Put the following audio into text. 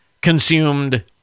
consumed